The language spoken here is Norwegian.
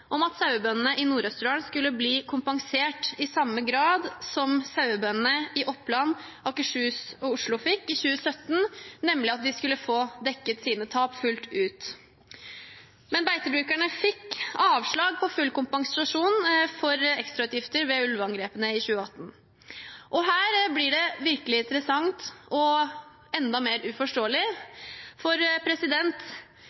om at sauebøndene i Nord-Østerdal skulle bli kompensert i samme grad som sauebøndene i Oppland, Akershus og Oslo ble i 2017, nemlig at de skulle få dekket sine tap fullt ut. Men beitebrukerne fikk avslag på full kompensasjon for ekstrautgifter ved ulveangrepene i 2018. Og her blir det virkelig interessant og enda mer